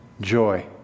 Joy